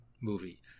movie